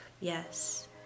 yes